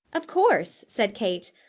of course! said kate.